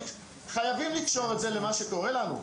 חייבים לקשור את זה למה שקורה לנו,